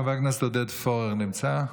חבר הכנסת עודד פורר נמצא?